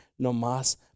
nomás